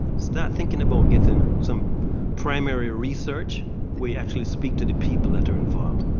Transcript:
start thinking about getting some primarily ah research we actually speak to the people that are involved.